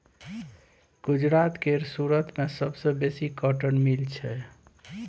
गुजरात केर सुरत मे सबसँ बेसी कॉटन मिल छै